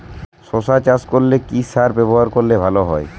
শশা চাষ করলে কি সার ব্যবহার করলে ভালো হয়?